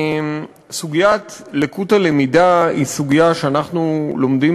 סוגיית לקות הלמידה היא סוגיה שאנחנו לומדים